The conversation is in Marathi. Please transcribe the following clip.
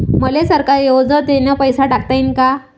मले सरकारी योजतेन पैसा टाकता येईन काय?